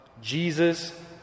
Jesus